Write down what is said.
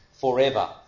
forever